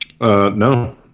No